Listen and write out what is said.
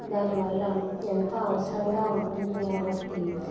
దానివల్ల ఎంతో అవసరంగా ఉంటుంది కాబట్టి